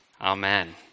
Amen